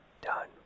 done